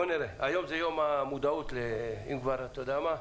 יום המודעות בנושא זה.